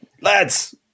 lads